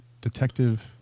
detective